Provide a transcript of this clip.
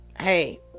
hey